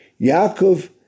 Yaakov